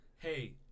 Hey